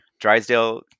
Drysdale